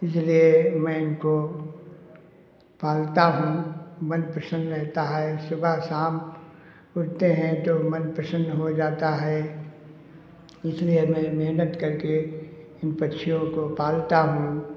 इसलिए मैं इनको पालता हूँ मन प्रसन्न रहता है सुबह शाम उठते हैं तो मन प्रसन्न हो जाता है इसलिए मैं मेहनत करके इन पक्षियों को पालता हूँ